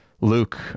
luke